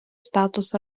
статус